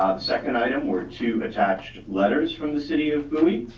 ah the second item were two attach letters from the city of bowie,